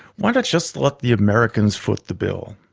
why not just let the americans foot the bill?